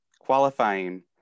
Qualifying